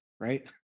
right